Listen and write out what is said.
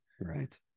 right